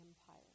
empire